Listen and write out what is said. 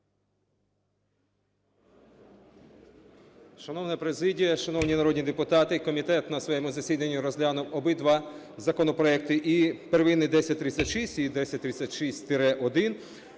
Шановна президія, шановні народні депутати! Комітет на своєму засіданні розглянув обидва законопроекти – і первинний 1036, і 1036-1.